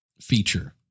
feature